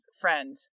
friend